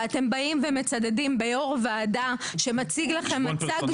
ואתם באים ומצדדים ביו"ר הוועדה שמציג לכם מצג שווא.